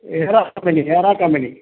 era company era company